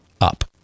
up